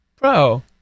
Bro